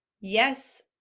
yes